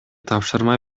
тапшырма